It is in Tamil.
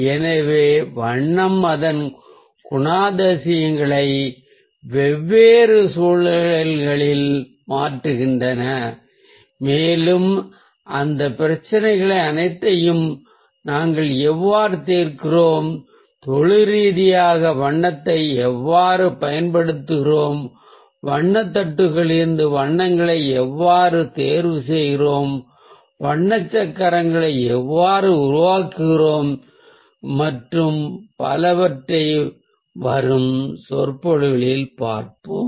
எனவே வண்ணம் அதன் குணாதிசயங்களை வெவ்வேறு சூழல்களில் மாற்றுகிறது மேலும் அந்த பிரச்சினைகள் அனைத்தையும் நாங்கள் எவ்வாறு தீர்க்கிறோம் தொழில் ரீதியாக வண்ணத்தை எவ்வாறு பயன்படுத்துகிறோம் வண்ணத் தட்டுகளிலிருந்து வண்ணங்களை எவ்வாறு தேர்வு செய்கிறோம் வண்ண சக்கரங்களை எவ்வாறு உருவாக்குகிறோம் மற்றும் பலவற்றைப் வரும் சொற்பொழிவில் பார்ப்போம்